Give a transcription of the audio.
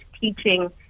Teaching